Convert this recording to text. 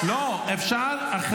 אני מצטערת, הבעתי את דעתי.